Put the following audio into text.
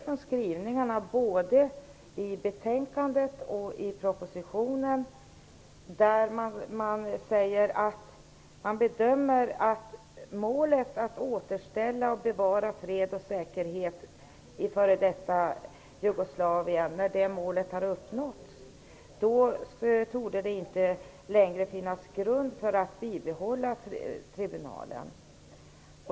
Enligt skrivningarna i både betänkandet och propositionen bedömer man att när målet att återställa och bevara fred och säkerhet i f.d. Jugoslavien har uppnåtts torde det inte längre finnas grund för att bibehålla tribunalen.